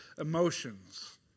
emotions